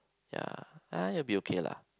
yeah ah you will be okay lah